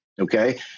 Okay